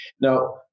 Now